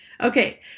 Okay